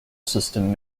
system